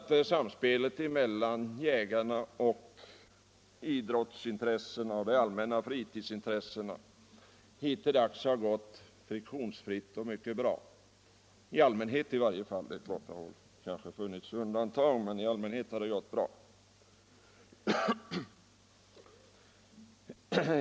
Jag vet att samspelet mellan jägarintressen och idrottsintressen och allmänna fritidsintressen hittills har gått ganska friktionsfritt — åtminstone i allmänhet; det har naturligtvis funnits undantag.